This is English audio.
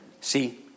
See